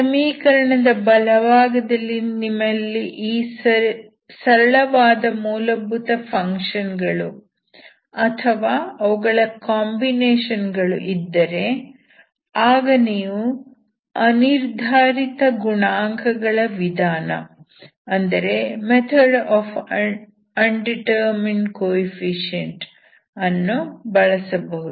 ಸಮೀಕರಣದ ಬಲಭಾಗದಲ್ಲಿ ನಿಮ್ಮಲ್ಲಿ ಈ ಸರಳವಾದ ಮೂಲಭೂತ ಫಂಕ್ಷನ್ ಗಳು ಅಥವಾ ಅವುಗಳ ಕಾಂಬಿನೇಷನ್ ಗಳು ಇದ್ದರೆ ಆಗ ನೀವು ಅನಿರ್ಧಾರಿತ ಗುಣಾಂಕಗಳ ವಿಧಾನ ವನ್ನು ಬಳಸಬಹುದು